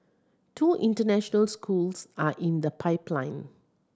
two international schools are in the pipeline